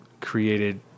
created